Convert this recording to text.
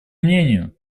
мнению